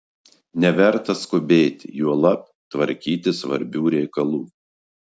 neverta skubėti juolab tvarkyti svarbių reikalų